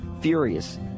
Furious